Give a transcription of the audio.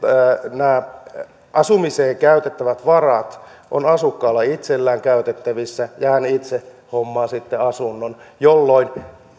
nämä asumiseen käytettävät varat ovat asukkaalla itsellään käytettävissä ja hän itse hommaa sitten asunnon jolloin